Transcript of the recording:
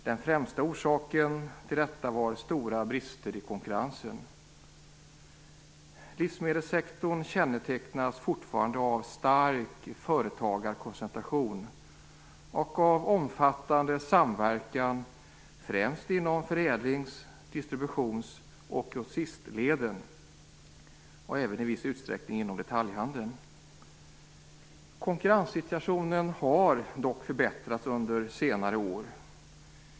Den främsta orsaken till detta var stora brister i konkurrensen. Livsmedelssektorn kännetecknas fortfarande av stark företagarkoncentration och av omfattande samverkan, främst inom förädlings-, distributions-, och grossistleden men även i viss utsträckning inom detaljhandeln. Konkurrenssituationen har dock förbättrats under senare år.